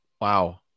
wow